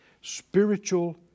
spiritual